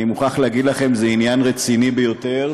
אני מוכרח להגיד לכם שזה עניין רציני ביותר,